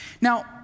Now